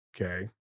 okay